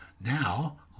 Now